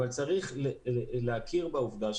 אבל צריך להכיר בעובדה,